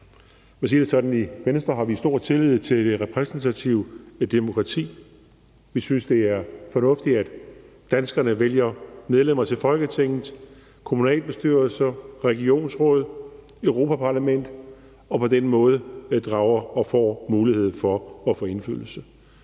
i Venstre har vi stor tillid til det repræsentative demokrati. Vi synes, det er fornuftigt, at danskerne vælger medlemmer til Folketinget, kommunalbestyrelser, regionsråd, Europa-Parlamentet og på den måde inddrages og får mulighed for at få indflydelse.